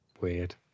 weird